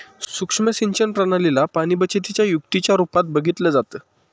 सुक्ष्म सिंचन प्रणाली ला पाणीबचतीच्या युक्तीच्या रूपात बघितलं जातं